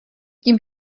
tím